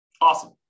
Awesome